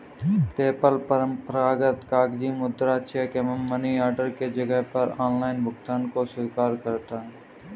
PayPal परंपरागत कागजी मुद्रा, चेक एवं मनी ऑर्डर के जगह पर ऑनलाइन भुगतान को स्वीकार करता है